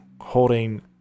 holding